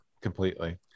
completely